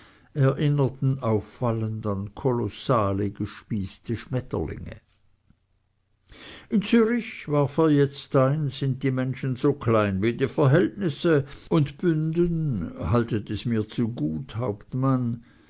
erinnerten auffallend an kolossale gespießte schmetterlinge in zürich warf er jetzt hin sind die menschen so klein wie die verhältnisse und bünden haltet es mir zugut hauptmann